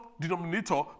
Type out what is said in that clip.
denominator